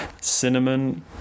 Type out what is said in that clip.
cinnamon